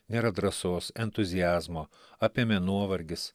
nėra drąsos entuziazmo apėmė nuovargis